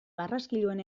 barraskiloen